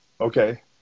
okay